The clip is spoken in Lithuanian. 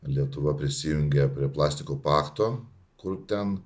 lietuva prisijungia prie plastiko pakto kur ten